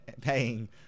paying